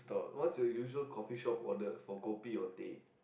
what's your usual coffeeshop order for kopi or teh